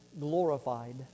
glorified